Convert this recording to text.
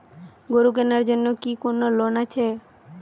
গরু কেনার জন্য কি কোন লোন আছে?